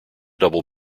double